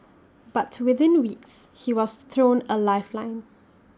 but within weeks he was thrown A lifeline